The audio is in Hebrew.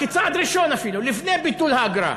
למה, כצעד ראשון אפילו לפני ביטול האגרה,